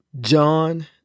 John